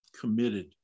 committed